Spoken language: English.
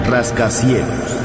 Rascacielos